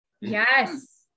Yes